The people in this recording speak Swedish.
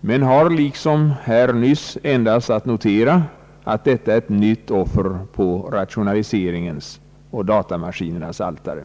men har liksom här nyss anförts endast att notera att detta är ett nytt offer på rationaliseringens och datamaskinernas altare.